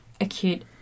acute